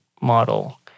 model